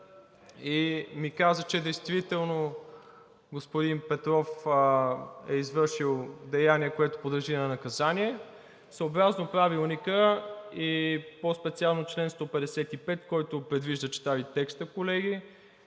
и ми каза, че действително господин Петров е извършил деяние, което подлежи на наказание. Съобразно Правилника и по-специално чл. 155, който предвижда, чета Ви текста, колеги: